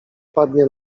padnie